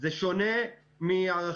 זה שונה מהערכה